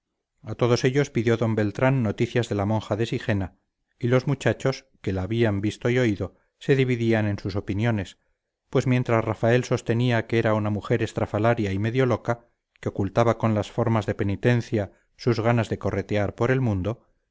a todos ellos pidió d beltrán noticias de la monja de sigena y los muchachos que la habían visto y oído se dividían en sus opiniones pues mientras rafael sostenía que era una mujer estrafalaria y medio loca que ocultaba con las formas de penitencia sus ganas de corretear por el mundo